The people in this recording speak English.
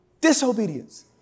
disobedience